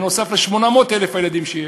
נוסף על 800,000 הילדים שיש.